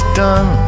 done